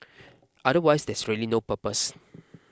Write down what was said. otherwise there's really no purpose